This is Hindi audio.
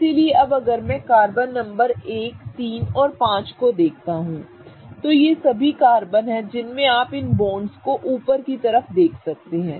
इसलिए अब अगर मैं कार्बन नंबर 1 और 3 और 5 को देखता हूं तो ये सभी कार्बन हैं जिनमें आप इन बॉन्ड्स को ऊपर की तरफ देख सकते हैं